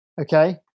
Okay